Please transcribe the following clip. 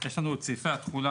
יש לנו את סעיפי התחולה,